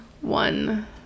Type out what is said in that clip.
one